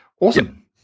Awesome